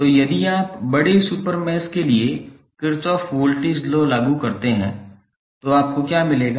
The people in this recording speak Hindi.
तो यदि आप बड़े सुपर मैश के लिए किरचॉफ वोल्टेज लॉ लागू करते हैं तो आपको क्या मिलेगा